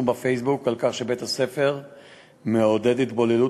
בפייסבוק על כך שבית-הספר מעודד התבוללות,